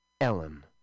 Ellen